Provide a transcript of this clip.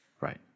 Right